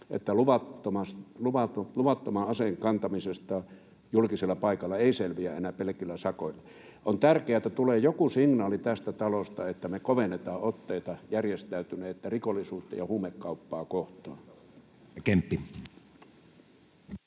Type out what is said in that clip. että luvattoman aseen kantamisesta julkisella paikalla ei selviä enää pelkillä sakoilla. On tärkeää, että tulee tästä talosta joku signaali, että me kovennetaan otteita järjestäytynyttä rikollisuutta ja huumekauppaa kohtaan.